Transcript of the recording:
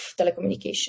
telecommunication